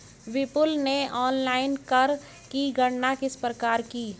विपुल ने ऑनलाइन कर की गणना किस प्रकार की?